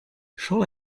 shall